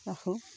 ৰাখোঁ